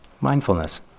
mindfulness